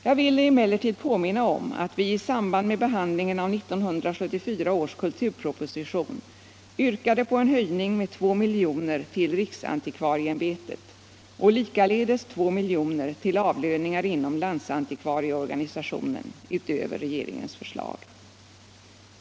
Jag vill emellertid påminna om att vi i samband med behandlingen av 1974 års kulturproposition yrkade på en höjning med 2 miljoner till riksantikvarieämbetet samt likaledes 2 miljoner till avlöningar inom landsantikvaricorganisationen utöver regeringens förslag.